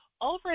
over